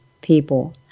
people